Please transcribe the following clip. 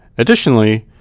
additionally,